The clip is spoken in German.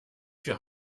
vier